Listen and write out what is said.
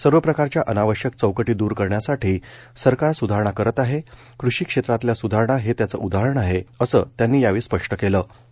सर्व सर्व प्रकारच्या अनावश्यक चौकटी दुर करण्यासाठी सरकार सुधारणा करत आहे कृषी क्षेत्रातल्या सुधारणा हे त्याचं उदाहरण आहे असं ते म्हणालेत